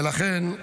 ולכן,